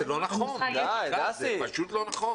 זה לא נכון, זה פשוט לא נכון.